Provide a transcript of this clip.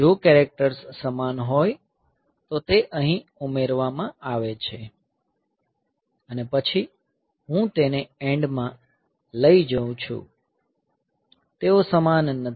જો કેરેક્ટર્સ સમાન હોય તો તે અહીં ઉમેરવામાં આવે છે અને પછી હું તેને એન્ડ માં લઈ જઉં છું તેઓ સમાન નથી